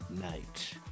night